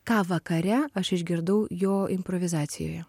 ką vakare aš išgirdau jo improvizacijoje